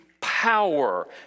power